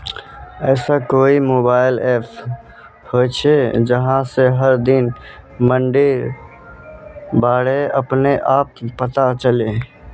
ऐसा कोई mobile app होचे जहा से हर दिन मंडीर बारे अपने आप पता चले?